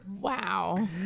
Wow